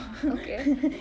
okay